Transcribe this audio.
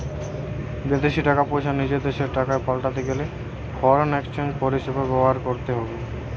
বিদেশী টাকা পয়সা নিজের দেশের টাকায় পাল্টাতে গেলে ফরেন এক্সচেঞ্জ পরিষেবা ব্যবহার করতে হবে